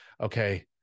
okay